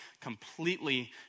completely